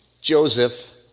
Joseph